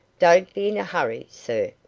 don't be in a hurry, sir.